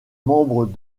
membres